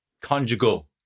conjugal